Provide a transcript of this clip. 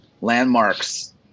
landmarks